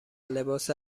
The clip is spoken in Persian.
لباس